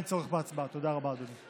אין צורך בהצבעה, תודה רבה, אדוני.